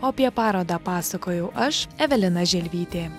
apie parodą pasakojau aš evelina želvytė